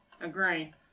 agree